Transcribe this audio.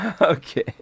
Okay